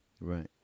Right